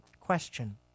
question